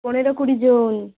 পনেরো কুড়ি জন